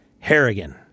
Harrigan